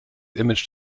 image